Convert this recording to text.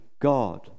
god